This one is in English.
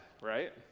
right